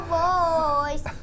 voice